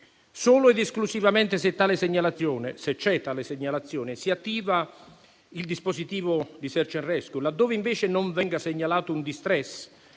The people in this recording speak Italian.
Solo ed esclusivamente se c'è tale segnalazione, si attiva il dispositivo di *search and rescue*; laddove invece non venga segnalato un *distress*,